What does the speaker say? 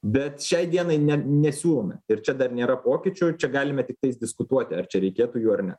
bet šiai dienai ne nesiūlome ir čia dar nėra pokyčių čia galime tiktais diskutuoti ar čia reikėtų jų ar ne